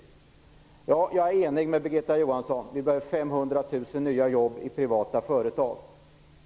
Jag är överens med Birgitta Johansson om att vi behöver 500 000 nya jobb i privata företag.